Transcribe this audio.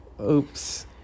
Oops